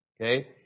okay